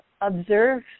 observe